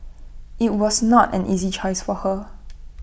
IT was not an easy choice for her